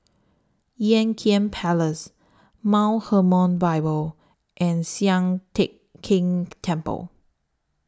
Ean Kiam Place Mount Hermon Bible and Sian Teck Tng Temple